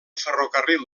ferrocarril